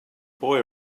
boy